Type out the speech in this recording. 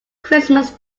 christmas